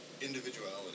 individuality